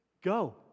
Go